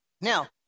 Now